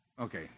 okay